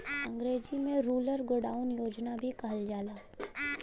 अंग्रेजी में rural godown योजना भी कहल जाला